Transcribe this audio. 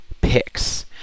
picks